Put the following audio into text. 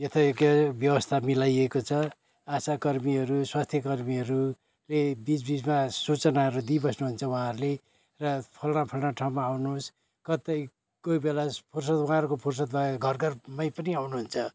यतै के अरे व्यवस्था मिलाइएको छ आशाकर्मीहरू स्वास्थ्यकर्मीहरूले बिच बिचमा सूचनाहरू दिइबस्नुहुन्छ उहाँहरूले र फलाना फलाना ठाउँमा आउनुहोस् कतै कोही बेला फुर्सद उहाँहरूको फुर्सद भए घर घरमै पनि आउनुहुन्छ